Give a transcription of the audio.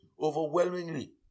overwhelmingly